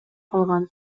калган